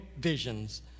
visions